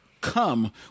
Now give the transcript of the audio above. come